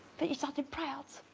but you started proud